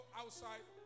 outside